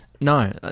no